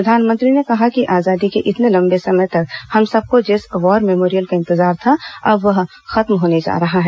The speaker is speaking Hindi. प्रधानमंत्री ने कहा कि आजादी के इतने लंबे समय तक हम सबको जिस वार मेमोरियल का इंतजार था वह अब खत्म होने जा रहा है